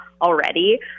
already